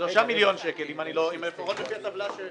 מודל הוראה ומודל המחקר הם מודלים לפי מודלי תפוקות של